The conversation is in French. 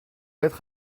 être